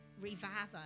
Revive